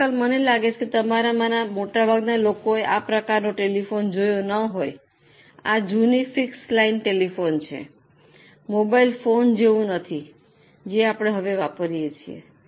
આજકાલ મને લાગે છે કે તમારામાંના મોટાભાગના લોકોએ આ પ્રકારનો ટેલિફોન જોયો ન હોય આ જૂની ફિક્સ લાઇન ટેલિફોન છે મોબાઇલ ફોન જેવું નથી જે આપણે હવે વાપરીએ છીએ